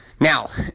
Now